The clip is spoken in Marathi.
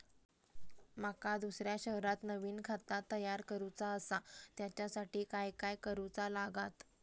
माका दुसऱ्या शहरात नवीन खाता तयार करूचा असा त्याच्यासाठी काय काय करू चा लागात?